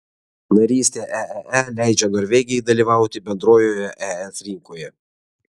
narystė eee leidžia norvegijai dalyvauti bendrojoje es rinkoje